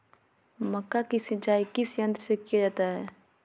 मक्का की सिंचाई किस यंत्र से किया जाता है?